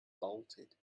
bolted